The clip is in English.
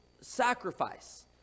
sacrifice